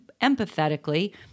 empathetically